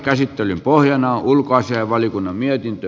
käsittelyn pohjana on ulkoasiainvaliokunnan mietintö